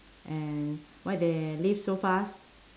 and why they leave so fast